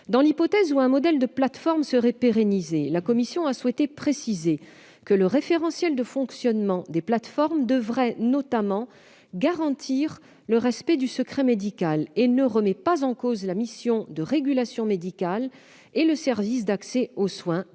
Dans l'hypothèse où un modèle de plateforme serait pérennisé, la commission a souhaité préciser que le référentiel de fonctionnement des plateformes devrait notamment garantir le respect du secret médical et qu'il ne remettait pas en cause la mission de régulation médicale ni le service d'accès aux soins.